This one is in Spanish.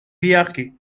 viaje